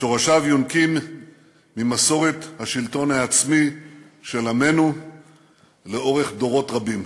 שורשיו יונקים ממסורת השלטון העצמי של עמנו לאורך דורות רבים.